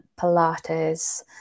Pilates